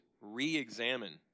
re-examine